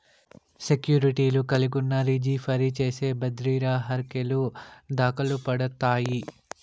సెక్యూర్టీలు కలిగున్నా, రిజీ ఫరీ చేసి బద్రిర హర్కెలు దకలుపడతాయి